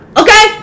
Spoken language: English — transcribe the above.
okay